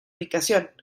ubicación